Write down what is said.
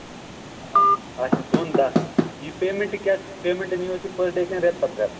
آ اَچھا دۄن دَہ یہِ پیمٮ۪نٛٹہٕ کیٛاہ پیمٮ۪نٛٹہٕ نِیٖوا تُہۍ پٔر ڈے کِنہٕ رٮ۪تہٕ پَتہٕ رٮ۪تہٕ